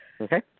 Okay